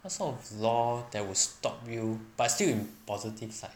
what sort of law that will stop you but still in positive side